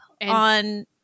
on